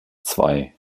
zwei